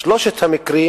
בשלושת המקרים